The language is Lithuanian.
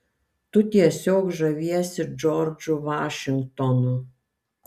tu tiesiog žaviesi džordžu vašingtonu